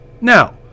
Now